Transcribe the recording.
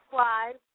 Slide